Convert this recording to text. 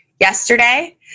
yesterday